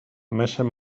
meses